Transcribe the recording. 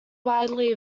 widely